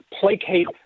placate